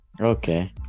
okay